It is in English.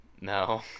No